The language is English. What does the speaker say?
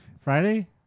Friday